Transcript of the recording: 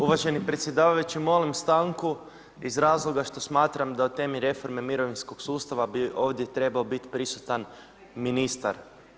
Uvaženi predsjedavajući molim stanku iz razloga što smatram da o temi reforme mirovinskog sustava bi ovdje trebao biti prisutan ministar.